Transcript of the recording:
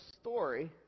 story